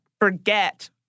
forget